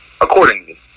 accordingly